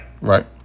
Right